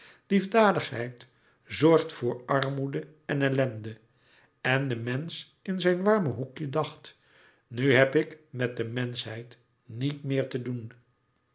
liefdadigheid zorgt voor armoede en ellende en de mensch in zijn warme hoekje dacht nu heb ik met de menschheid niet meer te doen